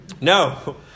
no